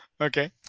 Okay